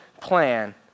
plan